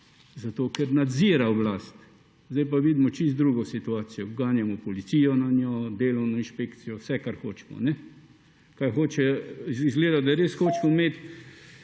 oblasti, ker nadzira oblast. Zdaj pa vidimo čisti drugo situacijo, ganjamo policijo na njo, delovno inšpekcijo, vse, kar hočemo. Izgleda, da res hočemo imeti